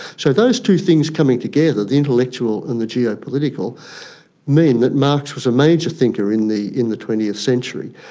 so those two things coming together the intellectual and the geopolitical mean that marx was a major thinker in the in the twentieth century.